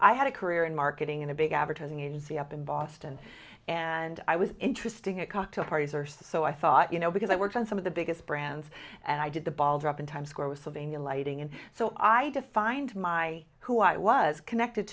i had a career in marketing in a big advertising agency up in boston and i was interesting at cocktail parties or so i thought you know because i worked on some of the biggest brands and i did the ball drop in times square was of a new lighting and so i had to find my who i was connected